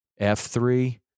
F3